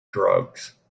drugs